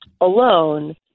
alone